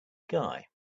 guy